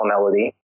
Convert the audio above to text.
melody